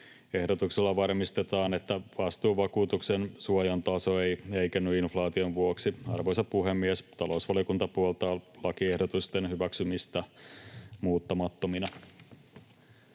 Ehdotuksella varmistetaan, että vastuuvakuutuksen suojan taso ei heikenny inflaation vuoksi. Arvoisa puhemies! Talousvaliokunta puoltaa lakiehdotusten hyväksymistä muuttamattomina.